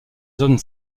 zone